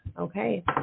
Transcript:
Okay